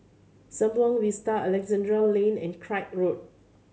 Sembawang Vista Alexandra Lane and Craig Road